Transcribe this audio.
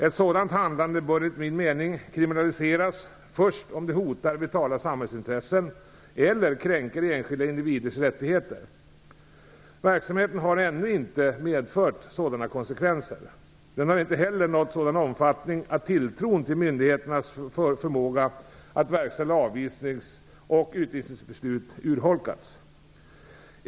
Ett sådant handlande bör enligt min mening kriminaliseras först om det hotar vitala samhällsintressen eller kränker enskilda individers rättigheter. Verksamheten har ännu inte medfört sådana konsekvenser. Den har inte heller nått sådan omfattning att tilltron till myndigheternas förmåga att verkställa avvisnings och utvisningsbeslut urholkats.